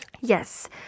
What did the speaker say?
yes